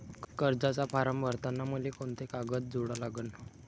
कर्जाचा फारम भरताना मले कोंते कागद जोडा लागन?